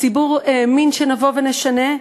הציבור האמין שנבוא ונשנה,